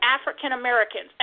African-Americans